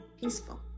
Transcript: peaceful